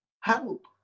Help